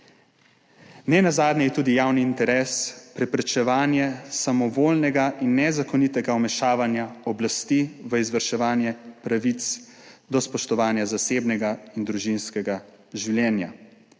Nenazadnje je tudi javni interes preprečevanje samovoljnega in nezakonitega vmešavanja oblasti v izvrševanje pravic do spoštovanja zasebnega in družinskega življenja.